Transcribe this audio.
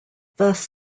thus